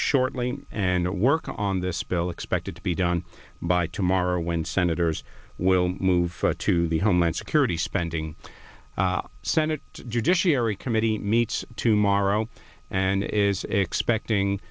shortly and work on this bill expected to be done by tomorrow when senators will move to the homeland security spending senate judiciary committee meets tomorrow and is expecting